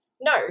no